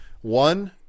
One